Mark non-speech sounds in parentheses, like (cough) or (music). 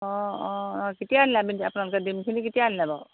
অঁ অঁ কেতিয়া আনিলে (unintelligible) আপোনালোকে দিমখিনি কেতিয়া আনিলে বাৰু